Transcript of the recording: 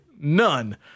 None